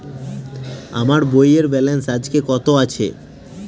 আমার বইয়ের ব্যালেন্স আজকে কত আছে?